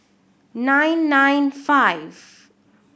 nine nine five